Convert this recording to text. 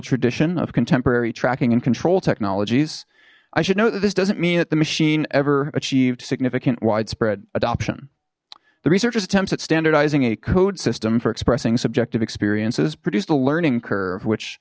tradition of contemporary tracking and control technologies i should note that this doesn't mean that the machine ever achieved significant widespread adoption the researchers attempts at standardizing a code system for expressing subjective experiences produced a learning curve which